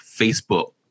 Facebook